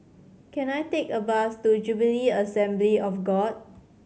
can I take a bus to Jubilee Assembly of God